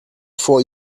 vor